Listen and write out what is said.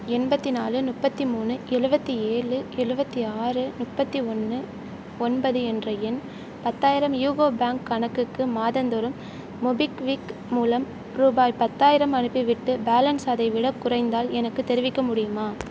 எண்பத்தி நாலு முப்பத்தி மூணு எழுபத்தி ஏழு எழுபத்தி ஆறு முப்பத்தி ஒன்று ஒன்பது என்ற என் பத்தாயிரம் யூகோ பேங்க் கணக்குக்கு மாதந்தோறும் மோபிக்விக் மூலம் ரூபாய் பத்தாயிரம் அனுப்பிவிட்டுபேலன்ஸ் அதைவிடக் குறைந்தால் எனக்குத் தெரிவிக்க முடியுமா